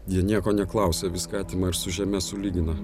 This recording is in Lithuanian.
jie nieko neklausia viską atima ir su žeme sulygina